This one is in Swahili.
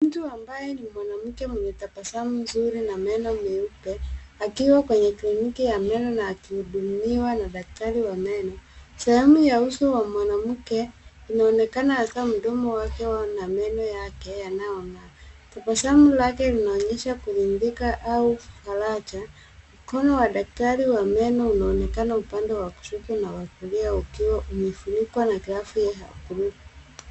Mtu ambaye ni mwanamke mwenye tabasamu zuri na meno meupe, akiwa kwenye kliniki ya meno na akihudumiwa na daktari wa meno. Sehemu ya uso wa mwanamke unaonekana, hasa mdomo wake na meno yake yanayong'aa. Tabasamu lake linaonyesha kuburudika au faraja. Mkono wa daktari wa meno unaonekana upande wa kushoto na wa kulia ukiwa umefunikwa na glavu ya buluu.